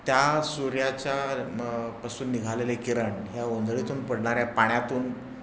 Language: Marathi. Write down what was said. त्या सूर्याच्या म पासून निघालेले किरण ह्या ओंजळीतून पडणाऱ्या पाण्यातून